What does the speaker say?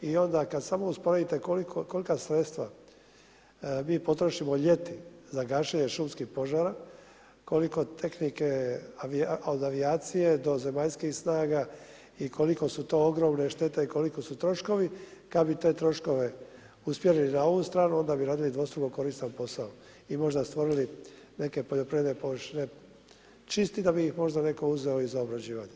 I onda kada samo usporedite kolika sredstva, mi potrošimo ljeti za gašenje šumskih požara, koliko tehnike avijacije, do zemaljskih snaga, i koliko su to ogromne štete, koliko su troškove, kada bi te troškove uspjeli na ovu stranu, onda bi radili dvostruko koristan posao i možda stvorili neke poljoprivredne površine, čisti da bi ih neko uzeo i za obrađivanje.